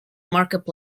markup